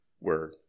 word